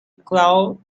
clause